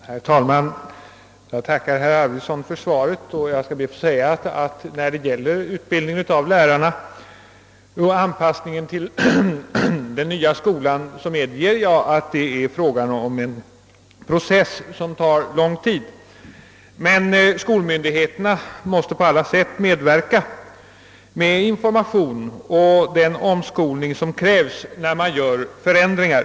Herr talman! Jag tackar herr Arvidson för svaret. Jag medger att utbildningen av lärare och anpassningen till den nya skolan är en process som tar lång tid. Men skolmyndigheterna måste på allt sätt medverka med den information och den omskolning som kräves när man gör förändringar.